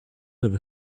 have